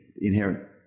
inherent